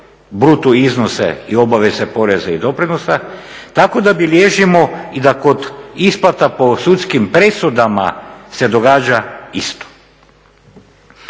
bruto iznose i obaveze poreza i doprinosa, tako da bi … i da kod isplata po sudskim presudama se događa isto.